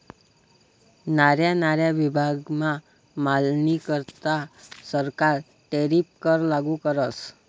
न्यारा न्यारा विभागमा मालनीकरता सरकार टैरीफ कर लागू करस